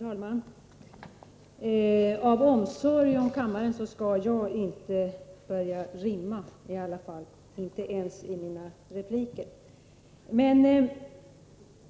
Herr talman! Av omsorg om kammaren skall jag i alla fall inte börja rimma, inte ens i mina repliker.